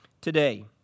today